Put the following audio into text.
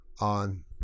on